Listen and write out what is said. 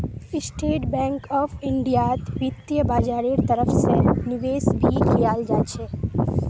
state Bank of इन्डियात वित्तीय बाजारेर तरफ से निवेश भी कियाल जा छे